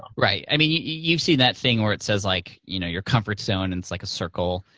um right. i mean, you've seen that thing where it says, like you know your comfort zone, and it's like a circle,